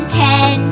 ten